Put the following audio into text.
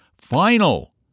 final